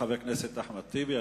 תודה לחבר הכנסת אחמד טיבי.